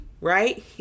right